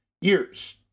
years